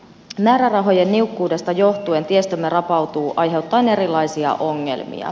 määrärahojen niukkuudesta johtuen tiestömme rapautuu aiheuttaen erilaisia ongelmia